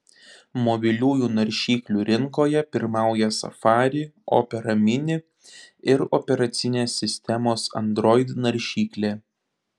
mobiliųjų naršyklių rinkoje pirmauja safari opera mini ir operacinės sistemos android naršyklė